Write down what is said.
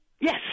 Yes